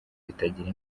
bitagira